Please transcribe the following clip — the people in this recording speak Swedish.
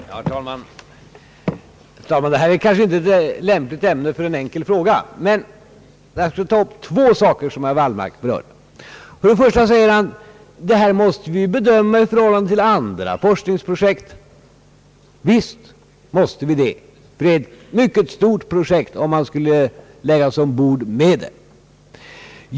Herr talman! Detta är kanske inte ett lämpligt ämne för en enkel fråga, men låt mig ta upp två saker som herr Wallmark berörde. Han säger att detta forskningsobjekt måste bedömas i förhållande till andra forskningsobjekt. Ja, visst måste vi göra det. Detta är ett mycket stort projekt, om vi skulle lägga oss ombord med det.